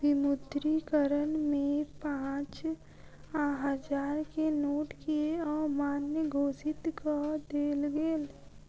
विमुद्रीकरण में पाँच आ हजार के नोट के अमान्य घोषित कअ देल गेल